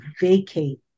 vacate